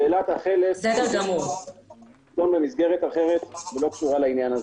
שאלת החלף תידון במסגרת אחרת ולא קשורה לעניין הזה.